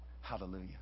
Hallelujah